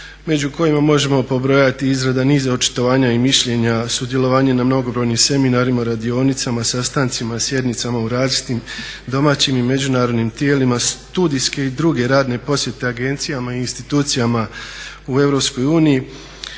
među kojima možemo pobrojati izrada niza očitovanja i mišljenja, sudjelovanje na mnogobrojnim seminarima, radionicama, sastancima, sjednicama, u različitim domaćim i međunarodnim tijelima, studijske i druge radne posjete agencijama i institucijama u EU,